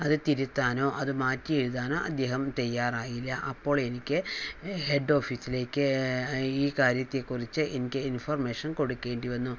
അത് തിരുത്താനോ അത് മാറ്റി എഴുതാനോ അദ്ദേഹം തയ്യാറായില്ല അപ്പോൾ എനിക്ക് ഹെഡ് ഓഫീസിലേക്ക് ഈ കാര്യത്തെക്കുറിച്ച് എനിക്ക് ഇൻഫർമേഷൻ കൊടുക്കേണ്ടി വന്നു